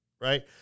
right